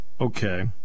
Okay